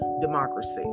democracy